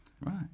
Right